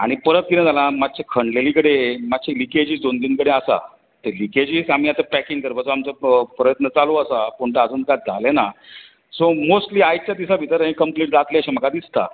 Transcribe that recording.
आनी परत किदें जालां मात्शें खणलेली कडेन मात्शी लिकेजूय दोन तीन कडेन आसा ते लिकेजीक आमी आतां पॅकींग करपाचो आमचो प प्रयत्न चालू आसा पूण तो आजून कांय जालें ना सो मोसली आयच्या दिसा भितर हें कंप्लीट जातलेंशें म्हाका दिसता